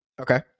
Okay